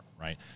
right